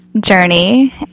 journey